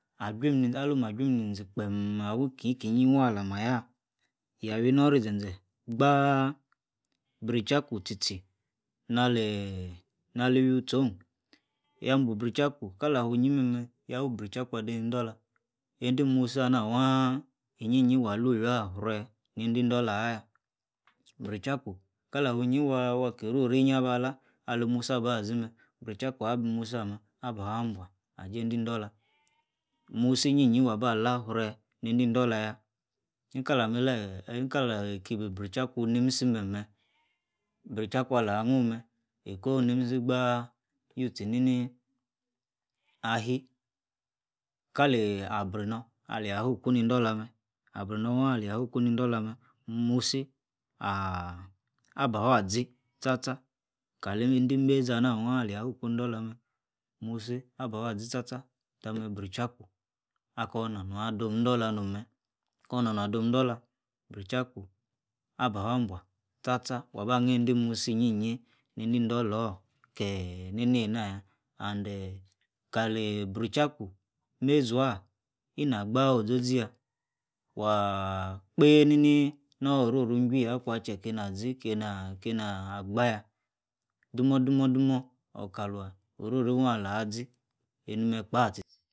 Ajum aloma ajun nizi kpem awi ikeyi keyi waa alah mah ayah yawuie ino-oro-izi-ze gba. Brechaku tie-tie nali nali iwi stor ya buo biechaku afuyi meme ya wi biechaku ade ni-idola ende musi ana waa ini-yi wa lu-orua fre ne-ende idola aya brechu kala afuyi aki ri ori ni-aba lan ali musi aba zimeh brechaku abi musi aba afu abua ajie ende-idola musi iyi-yi waba lah fre ne-ende idola ya nika-lame like ika ibrechaku inimisi mem bre-chaku ala anu mer eko inimisi gba youtie ni-ni alie kali abrino ya awuku ni-idola abrino wa aleyi afuku ni-idola mer musi ahh, aba fu azi sta-sta kai ende mezi ana wa aleyi ofuku idola meme musi aba fu-azi sta-sta tame brechraku ako na nro-adom ni-idola brechraku aba awu abua sta-sta wa ba onede musi iyi-yi nede-idola orr kie ni-ne na-ya ane kali brechraku mezah ina gba ozozi-ya waa kpeni-ni no-oro-ru chwi akwa che kena azi che akeni agba yah domo-domo okalor oro-ri wah ala-zi enime tie tie kpa no-ma zi